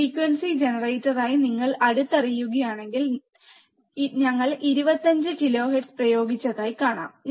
ഒരു ഫ്രീക്വൻസി ജനറേറ്ററായി നിങ്ങൾ അടുത്തറിയുകയാണെങ്കിൽ നിങ്ങൾ ഞങ്ങൾ 25 കിലോഹെർട്സ് പ്രയോഗിച്ചതായി കാണാം